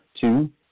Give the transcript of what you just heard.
Two